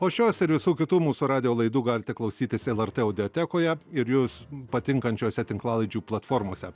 o šios ir visų kitų mūsų radijo laidų galite klausytis lrt audiatekoje ir jus patinkančiose tinklalaidžių platformose